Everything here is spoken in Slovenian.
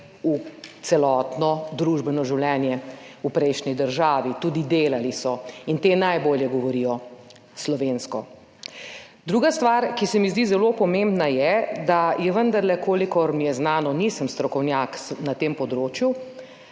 v celotno družbeno življenje v prejšnji državi, tudi delali so. Ti najbolje govorijo slovensko. Druga stvar, ki se mi zdi zelo pomembna, je, da je vendarle – kolikor mi je znano, nisem strokovnjak na tem področju